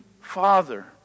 Father